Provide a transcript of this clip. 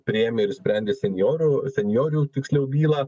priėmė ir sprendė senjorų senjorių tiksliau bylą